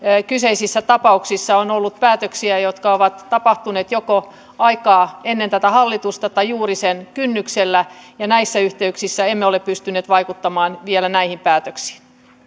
kyseisissä tapauksissa on ollut päätöksiä jotka ovat tapahtuneet joko ennen tätä hallitusta tai juuri sen kynnyksellä ja näissä yhteyksissä emme ole pystyneet vaikuttamaan vielä näihin päätöksiin